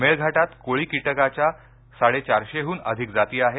मेळघाटात कोळी कीटकाच्या साडेचारशेहून अधिक जाती आहेत